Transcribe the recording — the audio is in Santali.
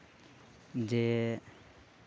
ᱡᱮ